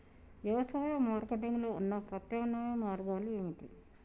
వ్యవసాయ మార్కెటింగ్ లో ఉన్న ప్రత్యామ్నాయ మార్గాలు ఏమిటి?